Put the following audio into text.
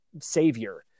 savior